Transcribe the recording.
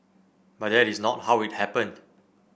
but that is not how it happened